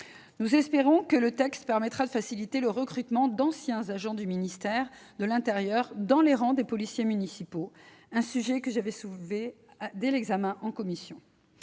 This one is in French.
Nous espérons que le texte permettra de faciliter le recrutement d'anciens agents du ministère de l'intérieur dans les rangs des policiers municipaux, un sujet que j'avais soulevé dès l'examen en commission.